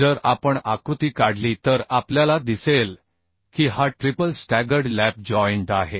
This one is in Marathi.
जर आपण आकृती काढली तर आपल्याला दिसेल की हा ट्रिपल स्टॅगर्ड लॅप जॉइंट आहे